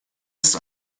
ist